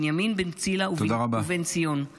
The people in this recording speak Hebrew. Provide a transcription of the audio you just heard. בנימין בן צילה ובנציון -- תודה רבה.